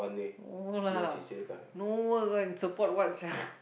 no lah no work go and support what sia